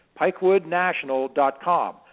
pikewoodnational.com